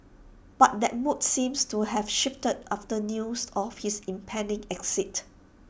but that mood seems to have shifted after news of his impending exit